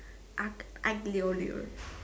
Aglio-Olio